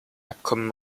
abkommen